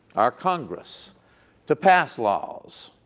our congress to pass laws.